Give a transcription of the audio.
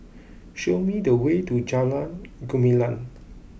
show me the way to Jalan Gumilang